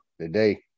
today